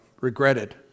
regretted